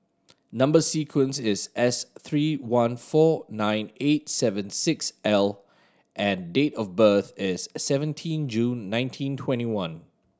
number sequence is S three one four nine eight seven six L and date of birth is seventeen June nineteen twenty one